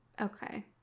okay